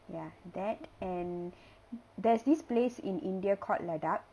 ya that and there's this place in india called ladakh